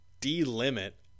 delimit